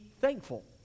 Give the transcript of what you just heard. thankful